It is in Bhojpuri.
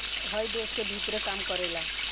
हइ देश के भीतरे काम करेला